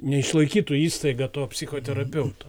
neišlaikytų įstaiga to psichoterapeuto